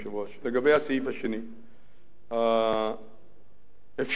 לגבי הסעיף השני, האפשרות